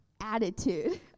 attitude